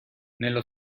nello